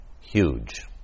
huge